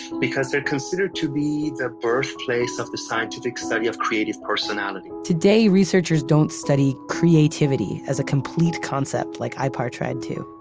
because they're considered to be the birthplace of the scientific study of creative personality today, researchers don't study creativity as a complete concept like ipar tried to.